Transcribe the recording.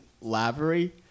Lavery